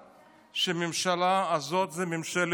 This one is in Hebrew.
שהממשלה הזאת זו ממשלת בלוף.